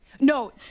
No